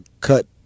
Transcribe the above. cut